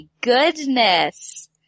goodness